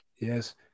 Yes